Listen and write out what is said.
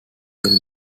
silva